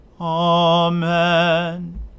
Amen